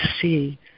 see